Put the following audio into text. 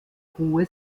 hohe